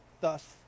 thus